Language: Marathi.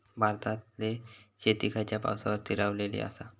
भारतातले शेती खयच्या पावसावर स्थिरावलेली आसा?